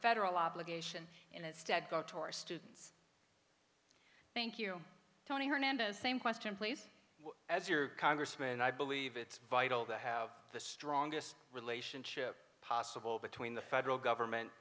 federal obligation and instead go to our students thank you tony hernandez same question place as your congressman i believe it's vital to have the strongest relationship possible between the federal government